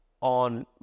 on